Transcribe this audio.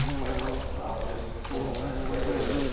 white-collar criminologist, former financial regulator,